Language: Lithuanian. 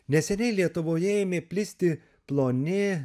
neseniai lietuvoje ėmė plisti ploni